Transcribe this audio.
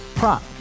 Prop